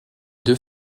deux